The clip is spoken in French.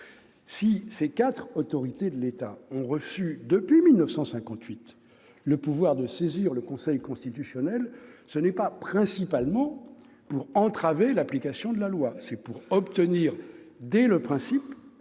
Si ces quatre autorités de l'État ont reçu, depuis 1958, le pouvoir de saisir le Conseil constitutionnel, ce n'est pas prioritairement pour entraver l'application de la loi nouvelle ; c'est pour obtenir, avant